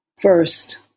first